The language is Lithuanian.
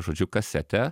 žodžiu kasetę